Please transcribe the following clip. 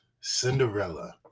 Cinderella